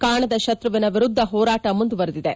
ಕಾಣದ ಶತ್ರುವಿನ ವಿರುದ್ದ ಹೋರಾಟ ಮುಂದುವರಿದೆ